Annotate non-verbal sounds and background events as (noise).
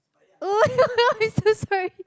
oh (laughs) i'm so sorry